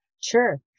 Sure